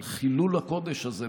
על חילול הקודש הזה,